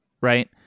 right